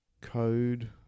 code